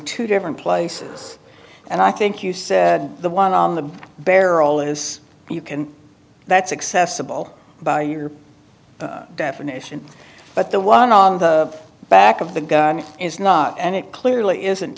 two different places and i think you said the one on the barrel is you can that's accessible by your definition but the one on the back of the gun is not and it clearly isn't